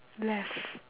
left